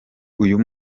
uyu